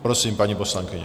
Prosím, paní poslankyně.